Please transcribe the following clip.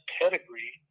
pedigree